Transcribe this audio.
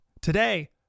Today